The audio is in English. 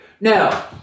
Now